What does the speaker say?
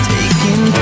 Taking